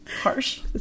Harsh